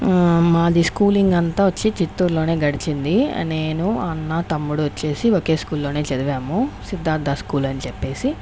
మాది స్కూలింగ్ అంతా వచ్చి చిత్తూర్లోనే గడిచింది నేను అన్న తమ్ముడు వచ్చేసి ఒకే స్కూల్లోనే చదివాము సిద్ధార్థ స్కూల్ అని చెప్పేసి